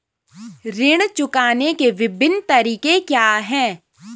ऋण चुकाने के विभिन्न तरीके क्या हैं?